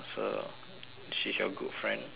she's your good friend